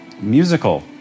Musical